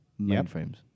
mainframes